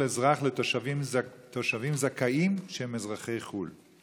אזרח לתושבים זכאים שהם אזרחי חו"ל: